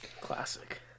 Classic